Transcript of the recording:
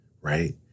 Right